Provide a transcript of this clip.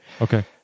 Okay